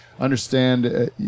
understand